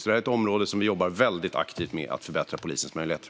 Det här är ett område där vi jobbar väldigt aktivt med att förbättra polisens möjligheter.